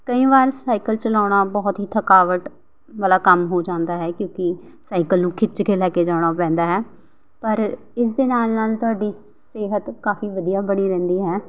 ਕਈ ਵਾਰ ਸਾਈਕਲ ਚਲਾਉਣਾ ਬਹੁਤ ਹੀ ਥਕਾਵਟ ਵਾਲਾ ਕੰਮ ਹੋ ਜਾਂਦਾ ਹੈ ਕਿਉਂਕਿ ਸਾਈਕਲ ਨੂੰ ਖਿੱਚ ਕੇ ਲੈ ਕੇ ਜਾਣਾ ਪੈਂਦਾ ਹੈ ਪਰ ਇਸ ਦੇ ਨਾਲ ਨਾਲ ਤੁਹਾਡੀ ਸਿਹਤ ਕਾਫ਼ੀ ਵਧੀਆ ਬਣੀ ਰਹਿੰਦੀ ਹੈ